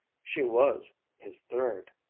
she was his third,